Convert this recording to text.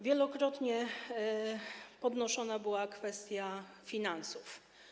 Wielokrotnie podnoszona była kwestia finansów.